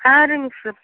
ಹಾಂ ರೀ ಮಿಸ್ಸು